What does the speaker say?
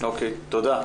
תודה.